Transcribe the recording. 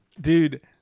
Dude